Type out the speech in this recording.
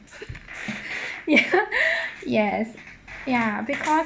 ya yes ya because